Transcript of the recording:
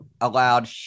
allowed